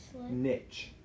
niche